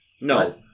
No